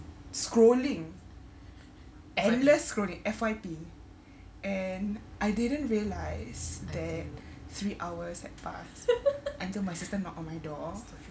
scrolling endless scrolling F_Y_P and I didn't realise that three hours had passed until my sister knock on my door